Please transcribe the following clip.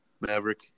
Maverick